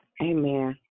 Amen